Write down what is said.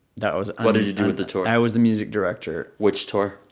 that was. what did you do with the tour? i was the music director which tour?